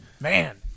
Man